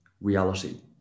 reality